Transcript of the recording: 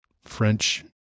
French